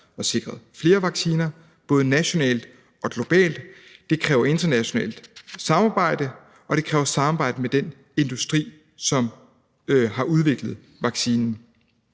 og sikret flere vacciner, både nationalt og globalt. Det kræver internationalt samarbejde, og det kræver samarbejde med den industri, som har udviklet vaccinen.